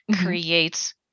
creates